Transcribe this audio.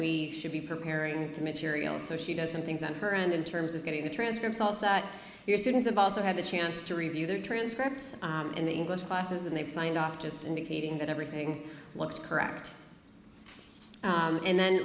we should be preparing the material so she doesn't things on her and in terms of getting the transcripts also but your students have also had the chance to review their transcripts in the english classes and they've signed off just indicating that everything looked correct and then